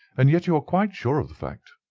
and yet you are quite sure of the fact.